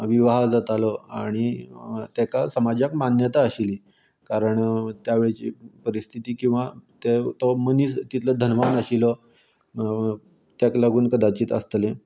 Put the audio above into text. विवाह जातालो आनी तेका समाजाक मान्यताय आशिल्ली कारण त्या वेळेची परिस्थिती किंवां ते तो मनीस कितलो धर्मान आशिल्लो तेका लागून कदाचीत आसतलें